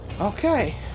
Okay